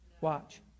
Watch